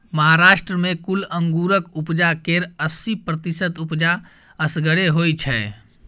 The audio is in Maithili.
महाराष्ट्र मे कुल अंगुरक उपजा केर अस्सी प्रतिशत उपजा असगरे होइ छै